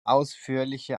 ausführliche